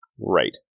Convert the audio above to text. Right